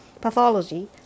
pathology